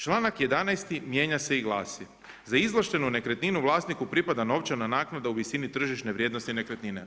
Članak 11. mijenja se i glasi: „Za izvlaštenu nekretninu vlasniku pripada novčana naknada u visini tržišne vrijednosti nekretnine“